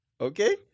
Okay